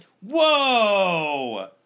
Whoa